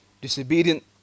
disobedient